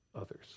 others